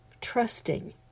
Trusting